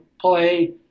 play